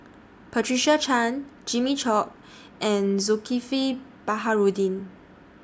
Patricia Chan Jimmy Chok and Zulkifli Baharudin